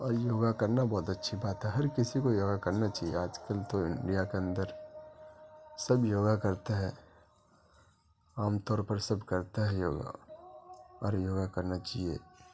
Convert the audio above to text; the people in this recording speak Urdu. اور یوگا کرنا بہت اچھی بات ہے ہر کسی کو یوگا کرنا چاہیے آج کل تو انڈیا کے اندر سب یوگا کرتے ہیں عام طور پر سب کرتے ہیں یوگا اور یوگا کرنا چاہیے